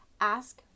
ask